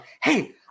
Hey